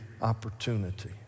opportunity